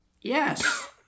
Yes